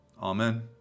Amen